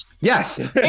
yes